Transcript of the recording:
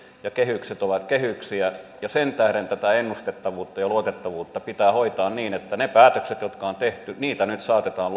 ja kehykset ovat kehyksiä ja sen tähden tätä ennustettavuutta ja luotettavuutta pitää hoitaa niin että niitä päätöksiä jotka on tehty nyt saatetaan